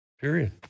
period